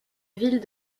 ville